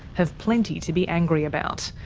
have plenty to be angry about.